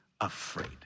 afraid